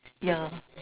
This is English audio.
yeah